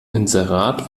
inserat